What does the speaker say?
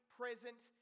present